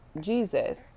Jesus